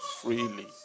freely